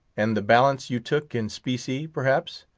and the balance you took in specie, perhaps?